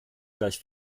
gleich